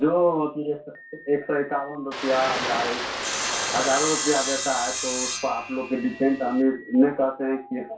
जो अथि एक स एक सौ इक्यावन रुपैया या ए हज़ारो रुपैया देता है तो उसका आप लोग के डिपेंड हम ई नहीं कहते हैं कि